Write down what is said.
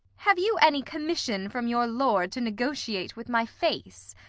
have you any commission from your lord to negotiate with my face?